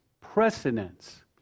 precedence